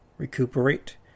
recuperate